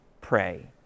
pray